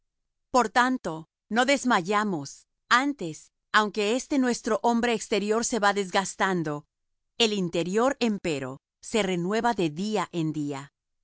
por tanto no desmayamos antes aunque este nuestro hombre exterior se va desgastando el interior empero se renueva de día en día